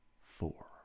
four